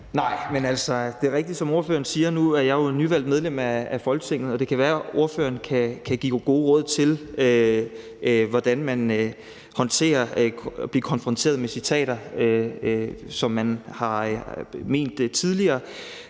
Nej. Men det er rigtigt, som ordføreren siger: Nu er jeg jo nyvalgt medlem af Folketinget, og det kan være, ordføreren kan give gode råd til, hvordan man håndterer at blive konfronteret med citater om det, man har ment tidligere.